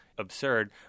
absurd